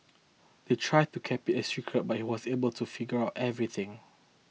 they tried to keep it a secret but he was able to figure everything